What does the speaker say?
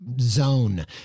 zone